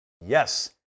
Yes